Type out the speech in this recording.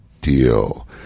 Deal